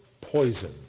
poison